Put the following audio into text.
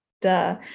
duh